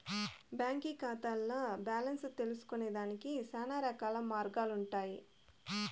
బాంకీ కాతాల్ల బాలెన్స్ తెల్సుకొనేదానికి శానారకాల మార్గాలుండన్నాయి